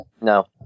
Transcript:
No